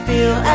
Feel